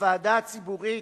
הוועדה הציבורית,